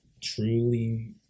truly